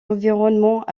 environnements